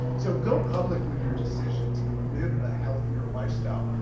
so go public with your decision to live a healthier lifestyle.